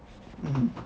mm